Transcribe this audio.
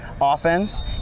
offense